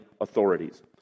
authorities